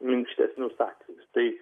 minkštesnius atvejus tai